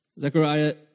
Zechariah